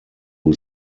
who